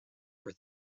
for